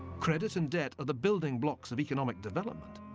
credit and debt are the building blocks of economic development.